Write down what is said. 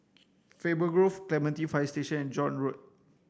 Faber Grove Clementi Fire Station and John Road